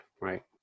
Right